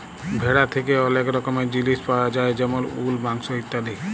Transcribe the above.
ভেড়া থ্যাকে ওলেক রকমের জিলিস পায়া যায় যেমল উল, মাংস ইত্যাদি